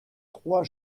trois